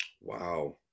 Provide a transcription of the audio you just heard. Wow